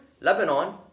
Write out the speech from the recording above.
Lebanon